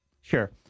Sure